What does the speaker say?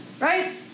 Right